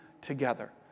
together